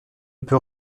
peut